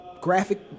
graphic